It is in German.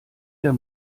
der